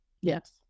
Yes